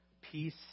Peace